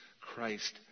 Christ